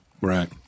Right